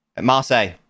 marseille